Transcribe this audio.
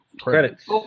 Credits